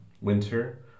winter